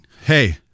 hey